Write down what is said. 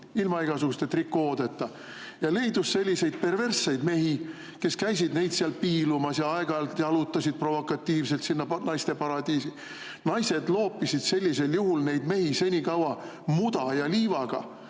ilma igasuguste trikoodeta. Leidus selliseid perversseid mehi, kes käisid neid seal piilumas ja aeg-ajalt jalutasid provokatiivselt sinna naiste paradiisi. Naised loopisid sellisel juhul neid mehi senikaua muda ja liivaga,